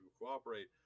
cooperate